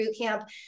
Bootcamp